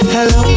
Hello